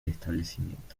establecimiento